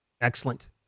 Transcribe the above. Excellent